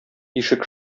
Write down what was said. ишек